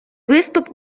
виступ